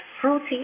fruity